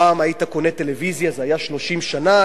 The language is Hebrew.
פעם היית קונה טלוויזיה, זה היה ל-30 שנה.